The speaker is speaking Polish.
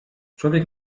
człowiek